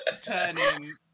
turning